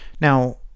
now